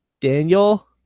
Daniel